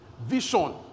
vision